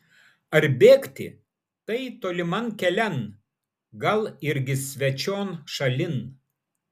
ar bėgti tai toliman kelian gal irgi svečion šalin